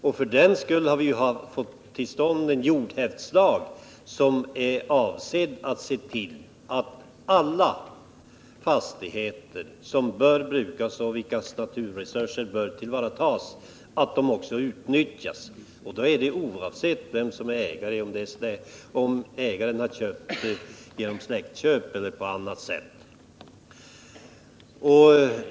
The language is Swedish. Och för den skull har vi ju fått en jordhävdslag, som är avsedd att se till att alla fastigheter som bör brukas — och vilkas naturresurser bör tillvaratas — också utnyttjas. Detta gäller oavsett vem som är ägare — om ägaren har förvärvat fastigheten genom släktköp eller på annat sätt.